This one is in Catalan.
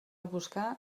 buscar